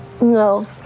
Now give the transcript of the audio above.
No